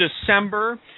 December